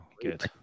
Good